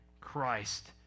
Christ